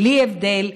בלי הבדל,